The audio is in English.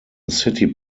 city